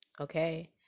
Okay